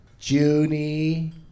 Junie